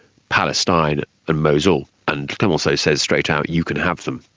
palestine and mosul. and clemenceau says straight out, you can have them.